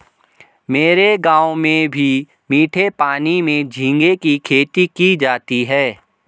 मेरे गांव में भी मीठे पानी में झींगे की खेती की जाती है